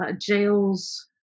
jails